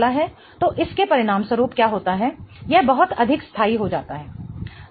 तो इसके परिणामस्वरूप क्या होता है यह बहुत अधिक स्थाई हो जाता है